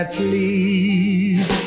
please